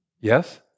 Yes